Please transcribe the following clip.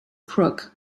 crook